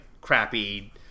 crappy